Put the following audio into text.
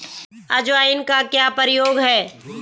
अजवाइन का क्या प्रयोग है?